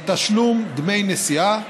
מתשלום דמי נסיעה,